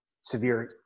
severe